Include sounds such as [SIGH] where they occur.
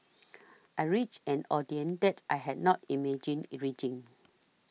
I reached an audience that I had not imagined [UNINTELLIGIBLE]